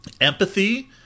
empathy